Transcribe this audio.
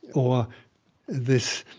or this